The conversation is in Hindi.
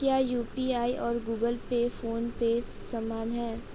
क्या यू.पी.आई और गूगल पे फोन पे समान हैं?